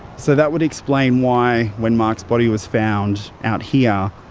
so that would explain why, when mark's body was found out here,